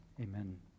Amen